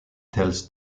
tells